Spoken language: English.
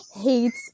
hates